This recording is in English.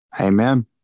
Amen